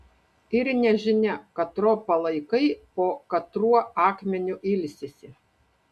ir nežinia katro palaikai po katruo akmeniu ilsisi